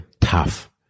Tough